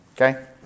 okay